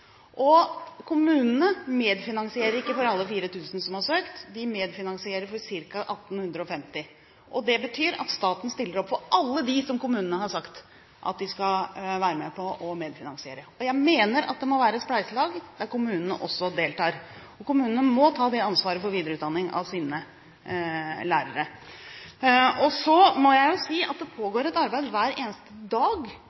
Kommunene medfinansierer ikke for alle 4 000 som har søkt, de medfinansierer for ca. 1 850. Det betyr at staten stiller opp for alle dem som kommunene har sagt at de skal være med på å medfinansiere. Jeg mener at det må være et spleiselag der kommunene også deltar. Kommunene må ta det ansvaret for videreutdanning av sine lærere. Så må jeg si at det